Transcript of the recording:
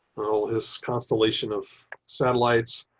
well, his constellation of satellites.